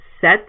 set